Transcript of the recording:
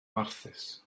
warthus